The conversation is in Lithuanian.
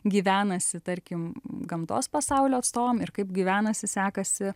gyvenasi tarkim gamtos pasaulio atstovam ir kaip gyvenasi sekasi